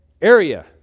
area